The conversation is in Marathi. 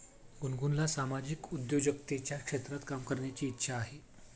गुनगुनला सामाजिक उद्योजकतेच्या क्षेत्रात काम करण्याची इच्छा होती